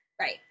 Right